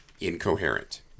incoherent